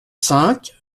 cinq